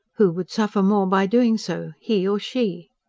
who would suffer more by doing so he or she?